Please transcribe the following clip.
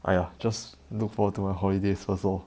!aiya! just look forward to my holidays first lor